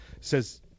says